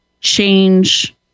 change